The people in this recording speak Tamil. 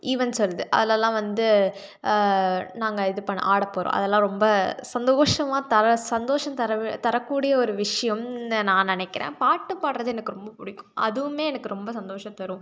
ஈவெண்ட்ஸ் வருது அதெலலாம் வந்து நாங்கள் இது பண்ண ஆடப்போகிறோம் அதெல்லாம் ரொம்ப சந்தோஷமாக தர்ற சந்தோஷம் தர தரக்கூடிய ஒரு விஷயம்னு நான் நினைக்கிறேன் பாட்டு பாடுறது எனக்கு ரொம்ப பிடிக்கும் அதுவும் எனக்கு ரொம்ப சந்தோஷம் தரும்